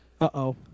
Uh-oh